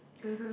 (uh huh)